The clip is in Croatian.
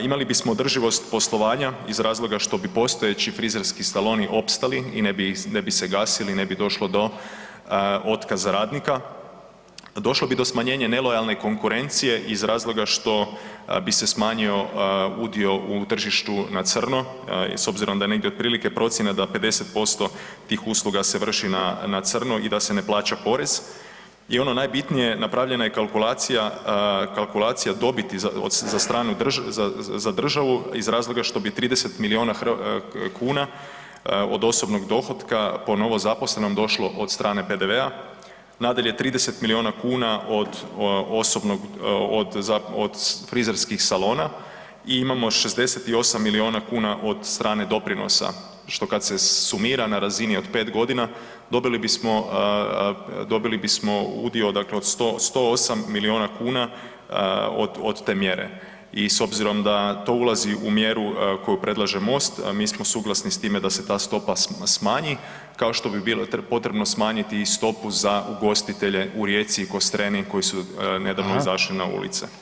Imali bismo održivost poslovanja iz razloga što bi postojeći frizersko saloni opstali i ne bi se gasili, ne bi došlo do otkaza radnika, došlo bi smanjenja nelojalne konkurencije iz razloga što bi se smanjio udio u tržištu na crno, s obzirom da je negdje otprilike procjena da 50% tih usluga se vrši na crno i da se ne plaća porez i ono najbitnije, napravljena je kalkulacija dobiti za državu iz razloga što bi 30 milijuna kuna od osobnog dohotka po novozaposlenom došlo od strane PDV-a, nadalje 30 milijuna kuna od frizerskih salona i imamo 68 milijuna kuna od strane doprinosa, što kad se sumira na razini od 5 g. dobili bismo udio dakle od 108 milijuna kuna od te mjere i s obzirom da to ulazi u mjeru koju predlaže Most a mi smo suglasni s time da se ta stopa smanji kao što bi bilo potrebno smanjiti i stopu za ugostitelje u Rijeci i Kostreni koji su nedavno izašli na ulice.